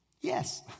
Yes